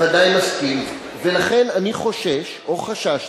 אני בוודאי מסכים, ולכן אני חושש, או חששתי,